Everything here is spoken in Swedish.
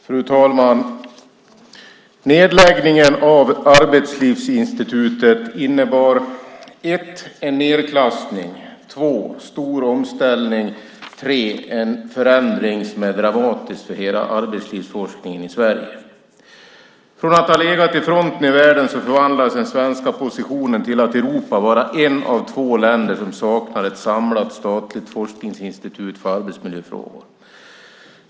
Fru talman! Nedläggningen av Arbetslivsinstitutet innebar för det första en nedklassning, för det andra en stor omställning och för det tredje en förändring som är dramatisk för hela arbetslivsforskningen i Sverige. Från att ha legat i fronten i världen förvandlades den svenska positionen till att i Europa vara ett av två länder som saknar ett samlat statligt forskningsinstitut för arbetsmiljöfrågor.